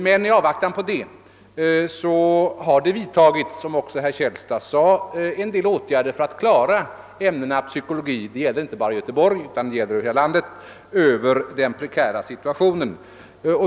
I avvaktan på detta har det, såsom herr Källstad sade, vidtagits en del åtgärder för att vi skall klara psykologiundervisningen, inte bara i Göteborg utan även på andra orter, ur den prekära situationen.